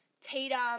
tatum